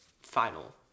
final